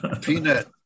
peanut